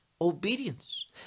Obedience